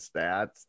stats